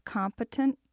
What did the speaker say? competent